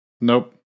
Nope